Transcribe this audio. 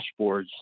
dashboards